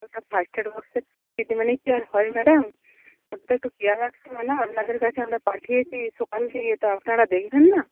first aid বক্সের ট্রিটমেন্টে কি আর হয় ম্যাডাম ওকে তো একটু কেয়ার রাখতে হবে না আপনাদের কাছে আমরা পাঠিয়েছি সকাল থেকে তো আপনারা দেখবেন না